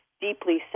deeply